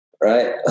right